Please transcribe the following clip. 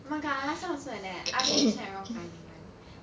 oh my god I last time also like that ask question at the wrong timing [one]